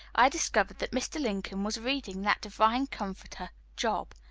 i discovered that mr. lincoln was reading that divine comforter, job.